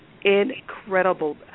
Incredible